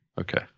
Okay